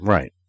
Right